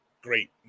great